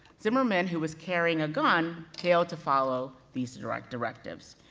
zimmerman, who was carrying a gun, failed to follow these and like directives.